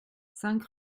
cinq